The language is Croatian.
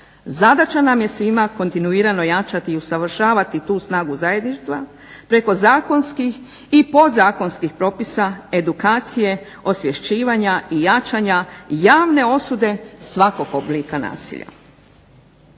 Zadaća nam je svim kontinuirano jačati i usavršavati tu snagu zajedništva preko zakonskih i podzakonskih propisa, edukacije, osvješćivanja i jačanja javne osude svakog oblika nasilja.